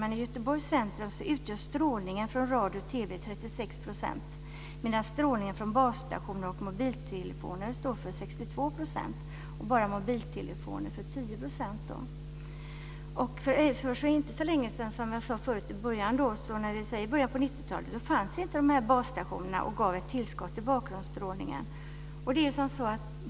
Men i Göteborgs centrum utgör strålningen från radio och TV-master 36 %, medan strålningen från basstationer och mobiltelefoner står för 62 %. Bara mobiltelefoner står för 10 % av strålningen. I början på 90-talet fanns inte basstationernas tillskott till bakgrundsstrålningen.